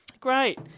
Great